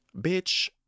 Bitch